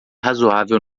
razoável